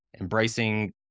embracing